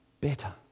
better